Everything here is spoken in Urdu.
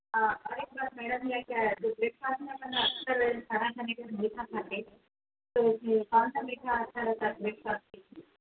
ہاں اور ایک بات میرا بھی ہےکیا ہے تو میٹھا رہتا